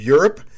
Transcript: Europe